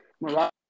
Morocco